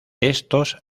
estos